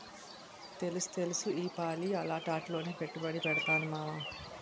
తెలుస్తెలుసు ఈపాలి అలాటాట్లోనే పెట్టుబడి పెడతాను మావా